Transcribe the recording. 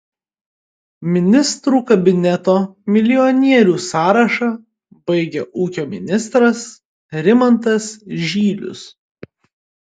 ministrų kabineto milijonierių sąrašą baigia ūkio ministras rimantas žylius